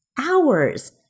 hours